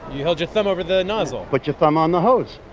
you hold your thumb over the nozzle put your thumb on the hose.